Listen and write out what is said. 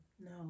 No